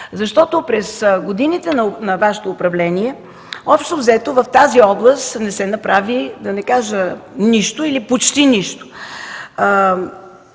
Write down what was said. Вас. През годините на Вашето управление общо взето в тази област не се направи, да не кажа нищо, или почти нищо.